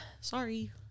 Sorry